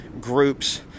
groups